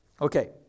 Okay